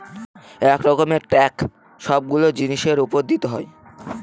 এক রকমের ট্যাক্স সবগুলো জিনিসের উপর দিতে হয়